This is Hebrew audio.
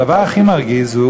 הדבר הכי מרגיז הוא